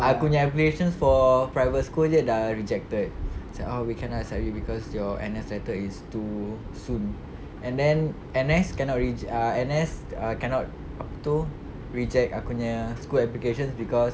aku nya applications for private schools jer dah rejected say oh we cannot accept you cause your N_S letter is too soon and then N_S cannot rej~ N_S cannot apa tu reject aku nya school applications cause